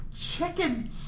chicken